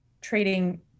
trading